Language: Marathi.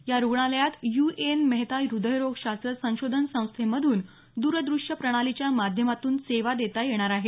या रुग्णालयात युएन मेहता हृदयरोगशास्र संशोधन संस्थेमधून द्रदृष्यप्रणालीच्या माध्यमातून सेवा देण्यात येणार आहे